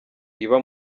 iba